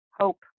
hope